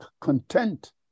content